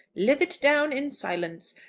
live it down in silence.